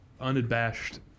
unabashed